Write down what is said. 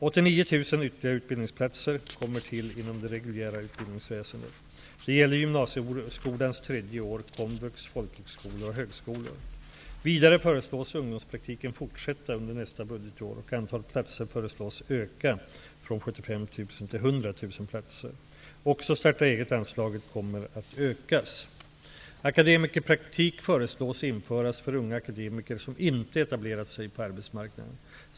89 000 ytterligare utbildningsplatser kommer till inom det reguljära utbildningsväsendet. Det gäller gymnasieskolans tredje år, komvux, folkhögskolor och högskolor. Vidare föreslås ungdomspraktiken fortsätta under nästa budgetår, och antalet platser föreslås öka från 75 000 till 100 000. Också startaeget-anslaget kommer att ökas. Akademikerpraktik föreslås bli införd för unga akademiker som inte etablerat sig på arbetsmarknaden.